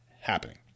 happening